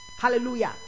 Hallelujah